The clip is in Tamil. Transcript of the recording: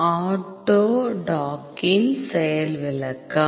ஆட்டோடாக்கின் செயல்விளக்கம்